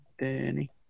Danny